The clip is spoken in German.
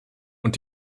und